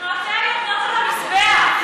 גם הדובר לא מנחה את היושב-ראש מה להגיד.